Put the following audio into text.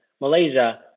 Malaysia